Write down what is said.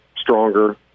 stronger